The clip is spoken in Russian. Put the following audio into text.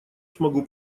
смогу